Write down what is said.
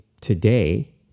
today